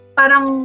parang